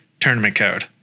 tournamentcode